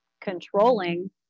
controlling